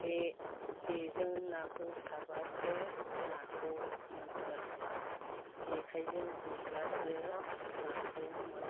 बे जेजों नाखौ सारबासो नाखौ मोनगोन जेखाइजों गुरब्लासो नाखौ मोनगोन